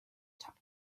top